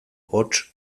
hots